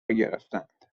گرفتند